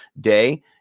day